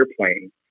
airplane